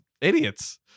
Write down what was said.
Idiots